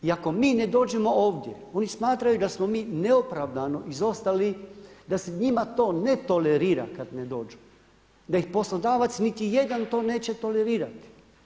I ako mi ne dođemo ovdje, oni smatraju da smo mi neopravdano izostali, da se njima to ne tolerira kad ne dođu, da ih poslodavac niti jedan to neće tolerirati.